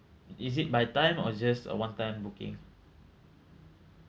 is it by time or it's just a one time booking